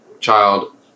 child